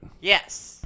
Yes